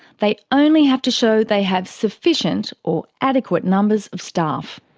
they only have to show they have sufficient or adequate' numbers of staff.